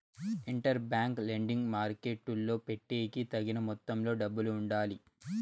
inter bank lending మార్కెట్టులో పెట్టేకి తగిన మొత్తంలో డబ్బులు ఉండాలి